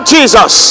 Jesus